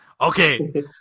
Okay